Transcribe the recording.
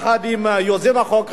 יחד עם יוזם החוק,